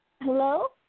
Hello